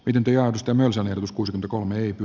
pidempi ostamansa ja joskus kolme ipi